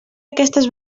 aquestes